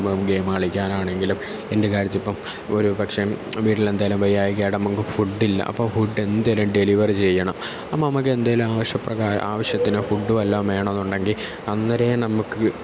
game കളിക്കാനാണെങ്കിലും എന്ത് കാര്യത്തിലും ഇപ്പം ഒരു പക്ഷേ വീട്ടിൽ എന്തെങ്കിലും വയ്യായ്കേടായമ്മയ്ക്ക് ഫുഡില്ല അപ്പം ഫുഡ് എന്തെങ്കിലും ഡെലിവർ ചെയ്യണം അപ്പം നമുക്കെന്തെങ്കിലും ആവശ്യപ്രകാരം ആവശ്യത്തിന് ഫുഡ് വല്ലതും വേണമെന്നുണ്ടെങ്കിൽ അന്നേരം നമുക്ക്